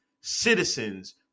citizens